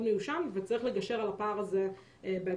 מיושן וצריך לגשר על הפער הזה בהקדם.